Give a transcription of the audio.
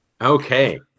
Okay